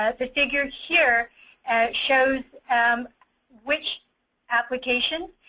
ah the figured here and shows um which application,